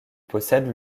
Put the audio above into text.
possède